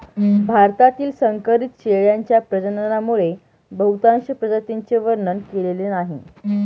भारतातील संकरित शेळ्यांच्या प्रजननामुळे बहुतांश प्रजातींचे वर्णन केलेले नाही